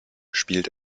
spielt